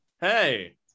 hey